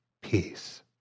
peace